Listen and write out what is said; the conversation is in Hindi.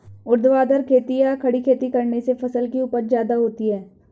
ऊर्ध्वाधर खेती या खड़ी खेती करने से फसल की उपज ज्यादा होती है